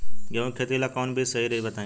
गेहूं के खेती ला कोवन बीज सही रही बताई?